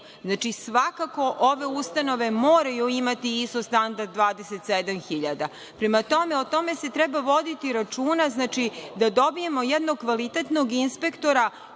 znači, svakako ove ustanove moraju imati ISO standard 27000.Prema tome, o tome se treba voditi računa da dobijemo jednog kvalitetnog inspektora